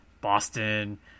Boston